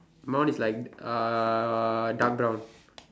my one is like uh dark brown